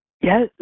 Yes